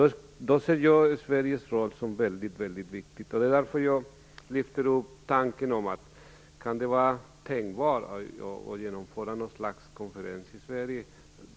Jag ser Sveriges roll som mycket viktig, och det är därför jag vill ställa frågan om det kan vara tänkbart att genomföra något slags konferens i Sverige.